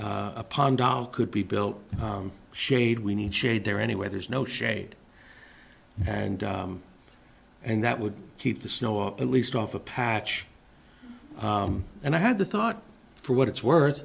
a palm down could be built shade we need shade there anyway there's no shade and and that would keep the snow or at least off a patch and i had the thought for what it's worth